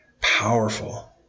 powerful